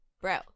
Bro